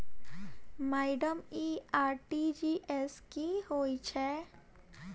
Madam इ RTGS की होइ छैय?